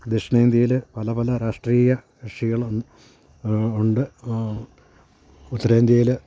ദക്ഷിണേന്ത്യയിൽ പല പല രാഷ്ട്രീയ കക്ഷികളും ഉണ്ട് ഉത്തരേന്ത്യയിൽ